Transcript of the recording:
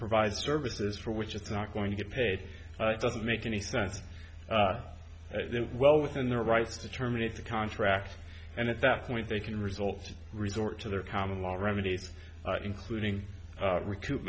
provide services for which it's not going to get paid doesn't make any sense well within their rights to terminate the contract and at that point they can result resort to their common law remedy including recoup